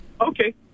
Okay